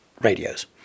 radios